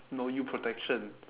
no you protection